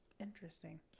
Interesting